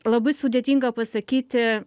labai sudėtinga pasakyti